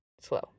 slow